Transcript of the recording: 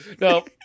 no